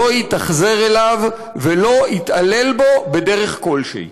לא יתאכזר אליו ולא יתעלל בו בדרך כלשהי".